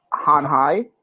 Hanhai